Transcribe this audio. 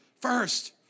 First